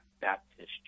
Baptist